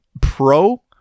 pro